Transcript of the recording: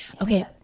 Okay